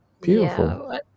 beautiful